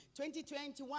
2021